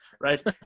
right